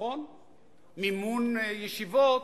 מימון ישיבות,